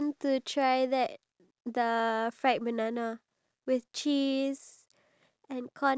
ya because you know the banana right for singapore [one] they buy the you know the baby banana